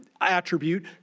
attribute